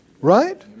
Right